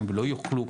הם לא יכולים